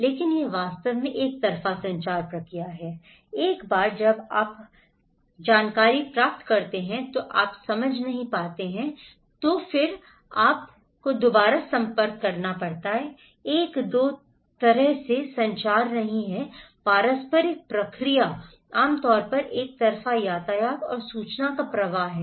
लेकिन यह वास्तव में एक तरफ़ा संचार प्रक्रिया है एक बार जब आप प्राप्त करते हैं तो आप समझ नहीं पाते हैं तो आप फिर से संपर्क करते हैं यह एक दो तरह से संचार नहीं है पारस्परिक प्रक्रिया आम तौर पर एक तरफ़ा यातायात और सूचना का प्रवाह है